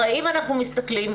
הרי אם אנחנו מסתכלים,